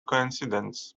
coincidence